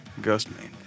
Ghostman